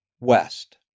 west